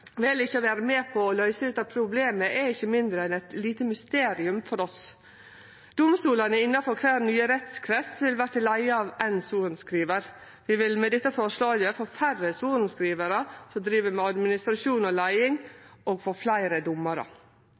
vel ikkje å vere med på å løyse dette problemet, er ikkje mindre enn eit lite mysterium for oss. Domstolane innanfor kvar ny rettskrets vert leia av éin sorenskrivar. Vi vil med dette forslaget få færre sorenskrivarar til å drive med administrasjon og leiing og få fleire domarar.